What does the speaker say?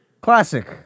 Classic